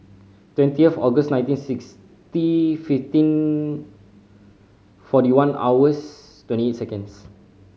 twenty of August nineteen sixty fifteen forty one hours twenty eight seconds